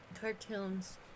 Cartoons